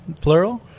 Plural